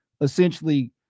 essentially